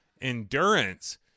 endurance